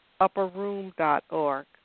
upperroom.org